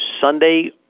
Sunday